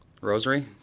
Rosary